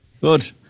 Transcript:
Good